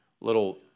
little